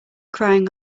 crying